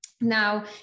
Now